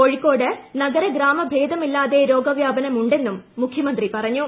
കോഴിക്കോട്ട് പ്രസ്തര ഗ്രാമ ഭേദമില്ലാതെ രോഗവ്യാപനമുണ്ടെന്നും മുഖ്യമന്ത്രി പറഞ്ഞു